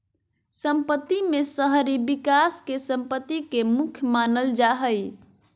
सम्पत्ति में शहरी विकास के सम्पत्ति के मुख्य मानल जा हइ